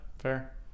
Fair